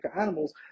animals